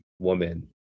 woman